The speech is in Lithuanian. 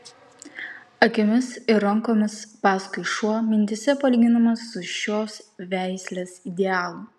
akimis ir rankomis paskui šuo mintyse palyginamas su šios veislės idealu